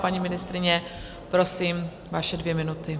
Paní ministryně, prosím, vaše dvě minuty.